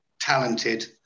talented